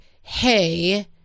hey